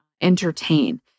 entertain